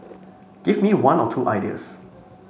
give me one or two ideas